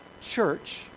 church